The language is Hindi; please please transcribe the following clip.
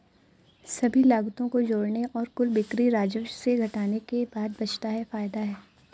सभी लागतों को जोड़ने और कुल बिक्री राजस्व से घटाने के बाद बचता है फायदा है